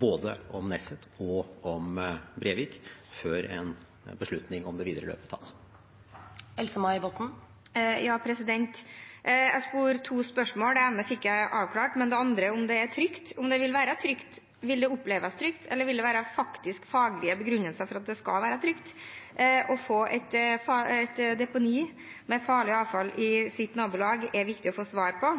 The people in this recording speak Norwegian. både om Nesset og om Brevik, før en beslutning om det videre løpet tas. Jeg stilte to spørsmål. Det ene fikk jeg avklart, men det andre – om det vil være trygt, om det vil oppleves trygt, eller om det vil være faktisk faglige begrunnelser for at det er trygt å få et deponi for farlig avfall i nabolaget – er det viktig å få svar på.